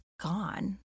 gone